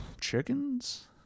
Chickens